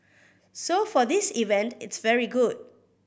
so for this event it's very good